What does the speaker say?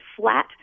flat